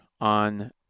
on